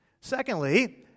Secondly